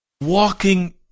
Walking